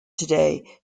today